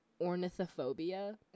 ornithophobia